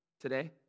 today